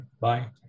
Bye